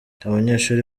abanyeshuri